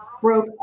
broke